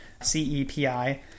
CEPi